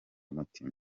mutima